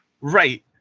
Right